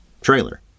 trailer